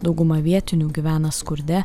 dauguma vietinių gyvena skurde